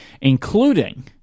including